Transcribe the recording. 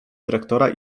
dyrektora